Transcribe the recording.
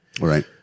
Right